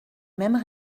mêmes